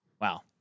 wow